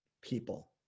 people